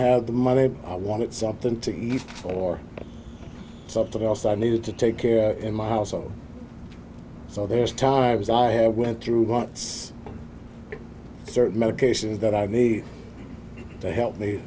have the money i wanted something to eat or something else i needed to take care in my household so there's times i have went through what's certain medications that are the they help me